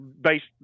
based